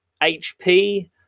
hp